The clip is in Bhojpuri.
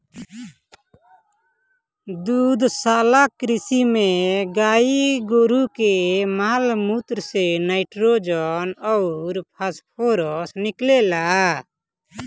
दुग्धशाला कृषि में गाई गोरु के माल मूत्र से नाइट्रोजन अउर फॉस्फोरस निकलेला